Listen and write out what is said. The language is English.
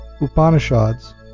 Upanishads